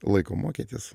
laiko mokytis